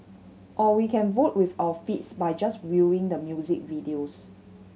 or we can vote with our feet by just viewing the music videos